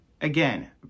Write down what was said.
Again